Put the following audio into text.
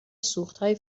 سوختهای